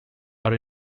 are